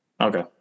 Okay